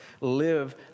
live